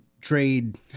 trade